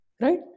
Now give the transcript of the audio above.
Right